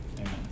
amen